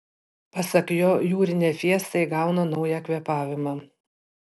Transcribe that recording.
pasak jo jūrinė fiesta įgauna naują kvėpavimą